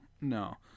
No